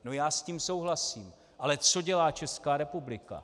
No já s tím souhlasím ale co dělá Česká republika?